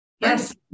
Yes